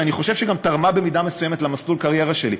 שאני חושב שגם תרמה במידה מסוימת למסלול הקריירה שלי.